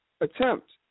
attempt